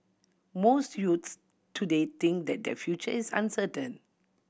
most youths today think that their future is uncertain